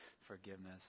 forgiveness